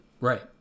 right